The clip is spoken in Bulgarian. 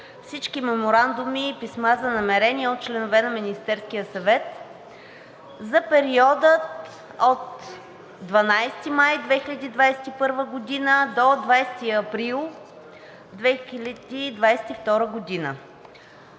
всички меморандуми и писма за намерения от членове на Министерския съвет за периода от 12 май 2021 г. до 20 април 2022 г.